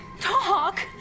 Talk